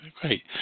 Great